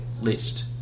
List